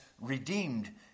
redeemed